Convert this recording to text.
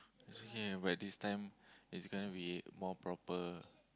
is okay by this time is it gonna be more proper